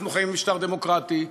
אנחנו חיים במשטר דמוקרטי,